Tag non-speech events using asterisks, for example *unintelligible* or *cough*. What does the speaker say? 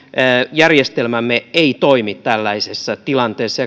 järjestelmämme ei toimi tällaisessa tilanteessa *unintelligible*